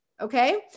Okay